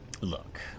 look